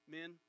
Men